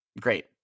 great